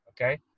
okay